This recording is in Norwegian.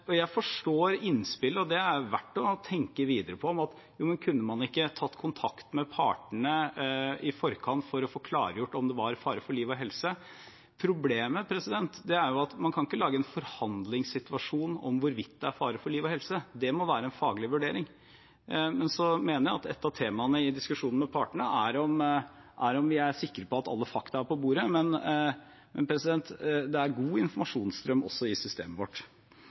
Jeg forstår innspillet, og det er verdt å tenke videre på: Kunne man ikke tatt kontakt med partene i forkant for å få klargjort om det var fare for liv og helse? Problemet er at man ikke kan lage en forhandlingssituasjon om hvorvidt det er fare for liv og helse; det må være en faglig vurdering. Jeg mener at et av temaene i diskusjonen med partene er om vi er sikre på at alle fakta er på bordet, men det er god informasjonsstrøm også i systemet vårt.